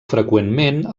freqüentment